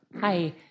hi